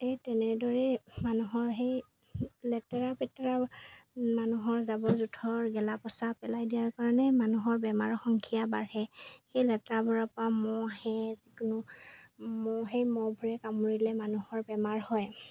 সেই তেনেদৰেই মানুহৰ সেই লেতেৰা পেতেৰা মানুহৰ জাবৰ জোঁথৰ গেলা পচা পেলাই দিয়াৰ কাৰণে মানুহৰ বেমাৰৰ সংখ্যা বাঢ়ে সেই লেতেৰাবোৰৰপৰা মহ যিকোনো মহ সেই মহবোৰে কামুৰিলে মানুহৰ বেমাৰ হয়